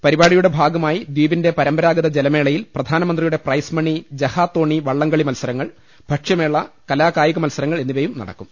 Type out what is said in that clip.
പരിപാടിയുടെ ഭാഗമായി ദ്വീപിന്റെ പര മ്പരാഗത ജലമേളയിൽ പ്രധാനമ്പ്രന്തിയുടെ പ്രൈസ്മണി ജഹാ തോണി വളളംകളി മത്സരങ്ങൾ ഭക്ഷ്യമേള കലാകായികമത്സര ങ്ങൾ എന്നിവയും നടക്കും